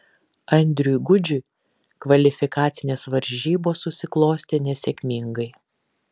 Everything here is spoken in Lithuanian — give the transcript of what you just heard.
andriui gudžiui kvalifikacinės varžybos susiklostė nesėkmingai